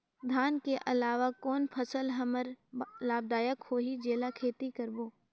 धान के अलावा कौन फसल हमर बर लाभदायक होही जेला खेती करबो?